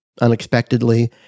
unexpectedly